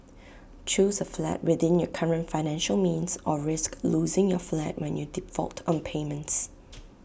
choose A flat within your current financial means or risk losing your flat when you default on payments